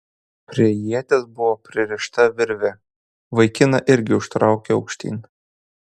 prie ieties buvo pririšta virvė vaikiną irgi užtraukė aukštyn